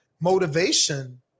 motivation